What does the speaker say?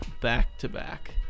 back-to-back